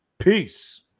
Peace